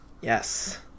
yes